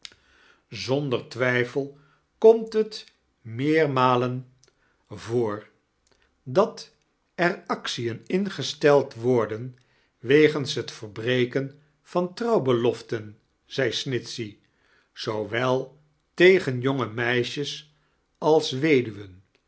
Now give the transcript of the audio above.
zander twijfel komt het meermalen charles dickens voor dat er actien ingesteld worden wegetos het verbreken van trouwbe loften zei snitchey zoowel tegen jonge meisjes als weduwen